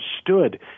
stood